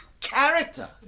character